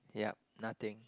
yeah nothing